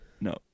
no